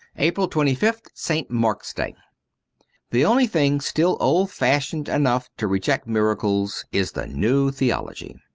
april twenty fifth st mark's day the only thing still old-fashioned enough to reject miracles is the new theology.